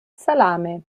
salame